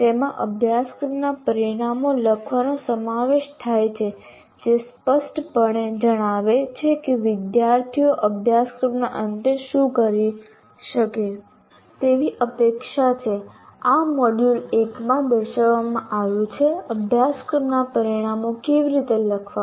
તેમાં અભ્યાસક્રમના પરિણામો લખવાનો સમાવેશ થાય છે જે સ્પષ્ટપણે જણાવે છે કે વિદ્યાર્થીઓ અભ્યાસક્રમના અંતે શું કરી શકે તેવી અપેક્ષા છે આ મોડ્યુલ 1 માં દર્શાવવામાં આવ્યું છે અભ્યાસક્રમના પરિણામો કેવી રીતે લખવા